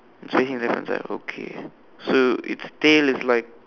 see it at the front side okay so it's tail is like